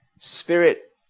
Spirit